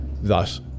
Thus